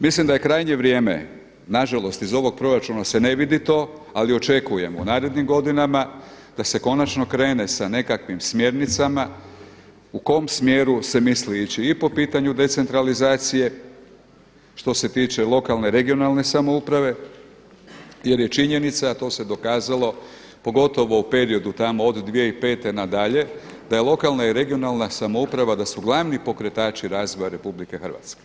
Mislim da je krajnje vrijeme nažalost iz ovog proračuna se ne vidi to, ali očekujemo u narednim godinama da se konačno krene s nekakvim smjernicama u kom smjeru se misli ići i po pitanju decentralizacije, što se tiče lokalne, regionalne samouprave jer je činjenica, a to se dokazalo pogotovo u periodu tamo od 2005. na dalje da je lokalna i regionalna samouprava da su glavni pokretači razvoja RH.